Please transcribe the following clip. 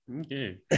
Okay